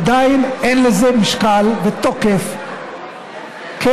עדיין אין לזה משקל ותוקף כראיות.